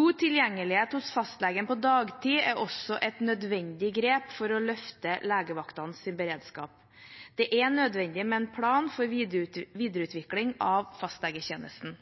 God tilgjengelighet hos fastlegen på dagtid er også et nødvendig grep for å løfte legevaktenes beredskap. Det er nødvendig med en plan for videreutvikling av fastlegetjenesten.